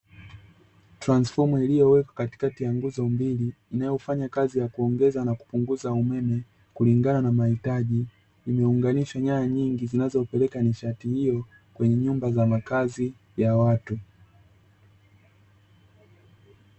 Transfoma iliyowekwa katikati ya nguzo mbili inayofanya kazi ya kuongeza na kupunguza umeme kulingana na mahitaji, imeunganishwa nyaya nyingi zinazopeleka nishati hiyo kwenye nyumba za makazi ya watu.